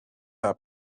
are